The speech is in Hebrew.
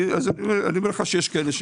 אני אומר לך שיש כאלה.